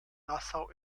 nassau